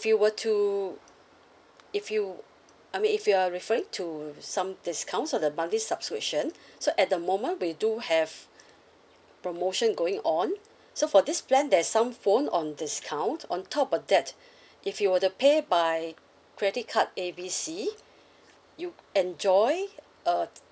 if you were to if you I mean if you are referring to some discounts on the monthly subscription so at the moment we do have promotion going on so for this plan there's some phone on discount on top of that if you were to pay by credit card A B C you enjoy a